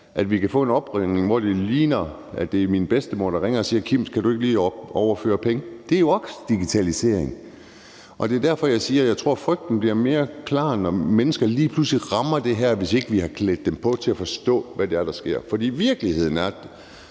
at vi kan få en opringning, der ligner, at det er min bedstemor, der ringer og siger: Kim, kan du ikke lige overføre penge? Det er jo også digitalisering, og det er jo derfor, jeg siger, at jeg tror, frygten bliver mere klar, når mennesker lige pludselig rammes af det her, hvis vi ikke har klædt dem på til at forstå, hvad det er, der sker. Kl. 18:01 For virkeligheden er,